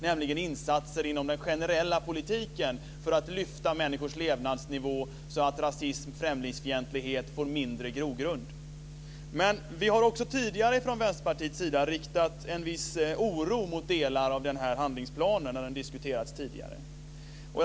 Det är insatser i den generella politiken för att lyfta människors levnadsnivå så att rasism och främlingsfientlig får mindre grogrund. Vi har också från Vänsterpartiets sida känt en viss oro inför delar av handlingsplanen när den tidigare diskuterats.